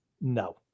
No